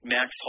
Max